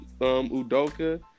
Udoka